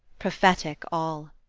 prophetic all!